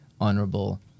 honorable